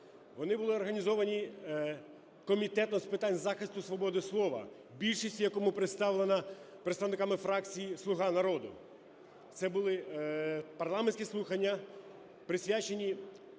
Вони були організовані Комітетом з питань захисту свободи слова, більшість в якому представлена представниками фракції "Слуга народу". Це були парламентські слухання, присвячені